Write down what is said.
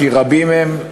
כי רבים מהם,